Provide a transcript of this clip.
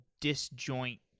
disjoint